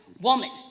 woman